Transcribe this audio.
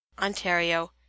Ontario